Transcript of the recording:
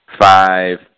five